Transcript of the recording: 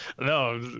no